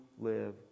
live